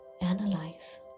analyze